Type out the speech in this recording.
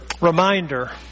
reminder